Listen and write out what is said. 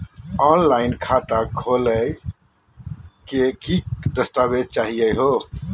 Online खाता खोलै महिना की की दस्तावेज चाहीयो हो?